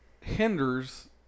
hinders